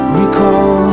recall